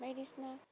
बायदिसना